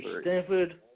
Stanford